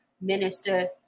Minister